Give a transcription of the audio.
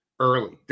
Early